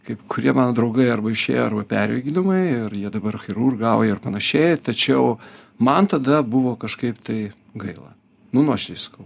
kaip kurie mano draugai arba išėjo arba perėjo į gydomąją ir jie dabar chirurgauja ir panašiai tačiau man tada buvo kažkaip tai gaila nu nuoširiai sakau